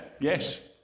Yes